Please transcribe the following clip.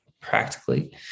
practically